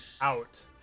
out